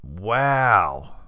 Wow